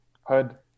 HUD